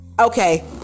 okay